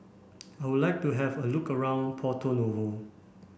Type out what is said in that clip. I would like to have a look around Porto Novo